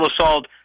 assault